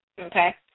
Okay